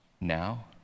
now